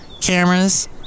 cameras